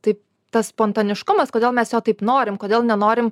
tai tas spontaniškumas kodėl mes jo taip norim kodėl nenorim